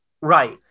right